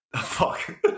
fuck